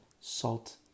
Salt